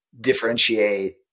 differentiate